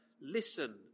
listen